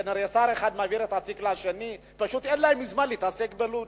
שר אחד מעביר את התיק לשני ואין להם זמן להתעסק בלוד,